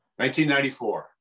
1994